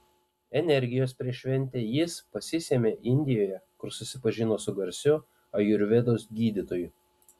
energijos prieš šventę jis pasisėmė indijoje kur susipažino su garsiu ajurvedos gydytoju